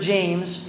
James